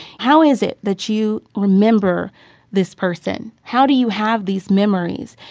how is it that you remember this person? how do you have these memories?